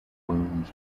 wounds